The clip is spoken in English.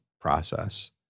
process